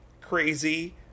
Crazy